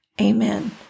Amen